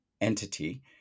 entity